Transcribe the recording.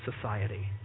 society